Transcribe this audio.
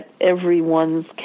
everyone's